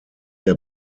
der